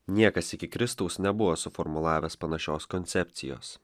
niekas iki kristaus nebuvo suformulavęs panašios koncepcijos